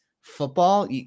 football